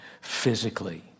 physically